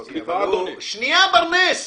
סליחה, אדוני --- שנייה, ברנס.